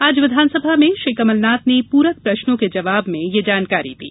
आज विधानसभा में श्री कमलनाथ ने पूरक प्रश्नों के जवाब में यह जानकारी दी